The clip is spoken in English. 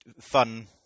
fun